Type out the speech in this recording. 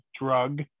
drug